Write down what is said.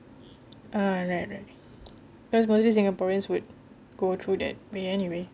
ah right right right cause mostly singaporeans would go through that way anyway